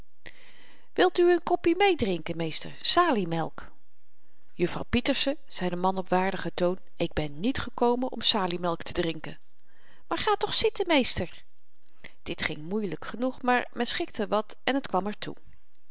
pp wil uwe n n koppie meedrinken meester saliemelk juffrouw pieterse zei de man op waardigen toon ik ben niet gekomen om saliemelk te drinken maar ga toch zitten meester dit ging moeielyk genoeg maar men schikte wat en t kwam